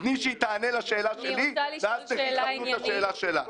תני שהיא תענה לשאלה שלי ואז תשאלי את השאלה שלך.